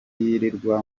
yirirwa